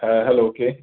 হ্যাঁ হ্যালো কে